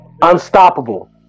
Unstoppable